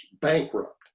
bankrupt